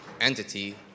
entity